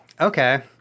okay